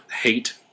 hate